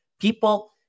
people